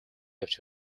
явж